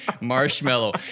marshmallow